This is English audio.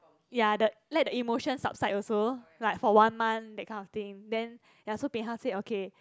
ya the let the emotion subside also like one month that kind of thing then ya so bin hao said okay